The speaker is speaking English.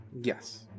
Yes